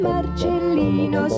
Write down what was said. Marcellino